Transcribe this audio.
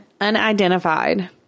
unidentified